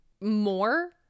more